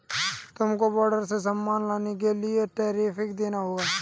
तुमको बॉर्डर से सामान लाने के लिए टैरिफ देना होगा